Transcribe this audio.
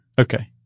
Okay